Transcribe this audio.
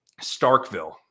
Starkville